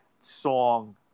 song